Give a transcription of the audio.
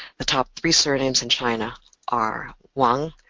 the top three surnames in china are wang,